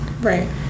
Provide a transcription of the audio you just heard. Right